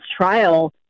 trial